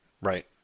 Right